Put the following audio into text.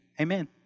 Amen